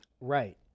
Right